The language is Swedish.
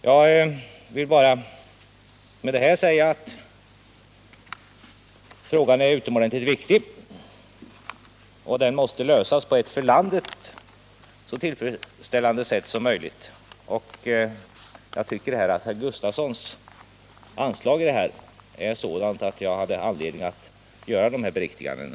Jag vill med dessa ord bara säga att frågan är utomordentligt viktig och att den måste lösas på ett för landet så tillfredsställande sätt som möjligt. Jag tycker dock att herr Gustavssons anslag är sådant att jag hade anledning att göra dessa beriktiganden.